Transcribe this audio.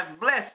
blessed